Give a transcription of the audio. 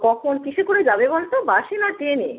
কখন কীসে করে যাবে বল তো বাসে না ট্রেনে